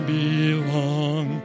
belong